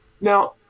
Now